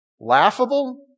Laughable